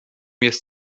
jest